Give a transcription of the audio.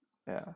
ya